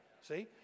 see